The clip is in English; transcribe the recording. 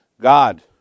God